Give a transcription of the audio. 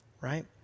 right